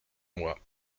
moi